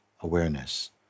awareness